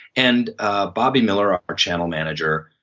and ah bobby miller ah our channel manager